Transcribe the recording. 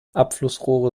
abflussrohre